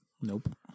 Nope